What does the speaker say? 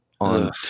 on